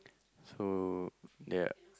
so ya